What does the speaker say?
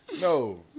No